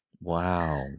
Wow